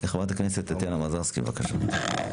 חברת הכנסת טטיאנה מזרסקי, בבקשה.